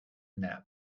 nap